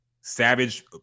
Savage